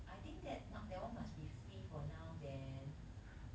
I think that mark that one must be free for now then